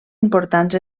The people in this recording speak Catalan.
importants